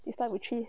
next time we treat